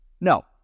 No